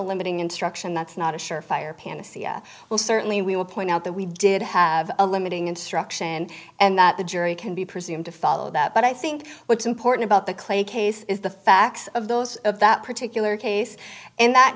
limiting instruction that's not a sure fire panacea well certainly we will point out that we did have a limiting instruction and that the jury can be presumed to follow that but i think what's important about the clay case is the facts of those of that particular case in that